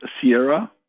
Sierra